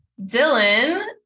Dylan